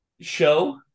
show